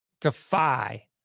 defy